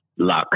luck